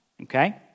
Okay